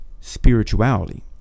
spirituality